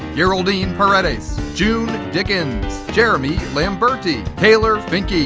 yeraldine paredes. june dickens. jeremy lamberti. taylor finke.